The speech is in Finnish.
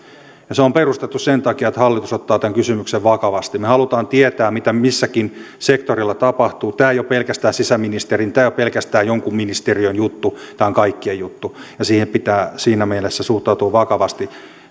se on perustettu sen takia että hallitus ottaa tämän kysymyksen vakavasti me haluamme tietää mitä missäkin sektorilla tapahtuu tämä ei ole pelkästään sisäministeriön tämä ei ole pelkästään jonkun ministeriön juttu tämä on kaikkien juttu ja siihen pitää siinä mielessä suhtautua vakavasti